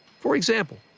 for example,